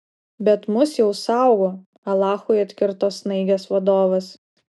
bet mus jau saugo alachui atkirto snaigės vadovas